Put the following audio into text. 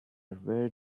where